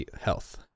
health